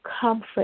comfort